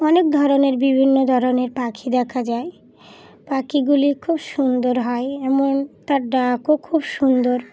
অনেক ধরনের বিভিন্ন ধরনের পাখি দেখা যায় পাখিগুলি খুব সুন্দর হয় এমন তার ডাকও খুব সুন্দর